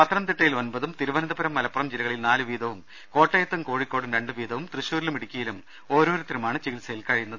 പത്തനംതിട്ടയിൽ ഒമ്പതും തിരുവനന്തപുരം മലപ്പുറം ജില്ലകളിൽ നാലു വീതവും കോട്ടയത്തും കോഴിക്കോടും രണ്ടുവീതവും തൃശൂരിലും ഇടുക്കിയിലും ഓരോരുത്തരുമാണ് ചികിത്സയിൽ കഴിയുന്നത്